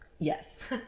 Yes